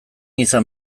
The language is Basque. izan